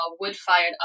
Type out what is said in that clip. wood-fired